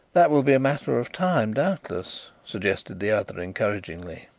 that will be a matter of time, doubtless, suggested the other encouragingly.